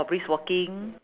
orh brisk walking